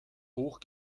hoch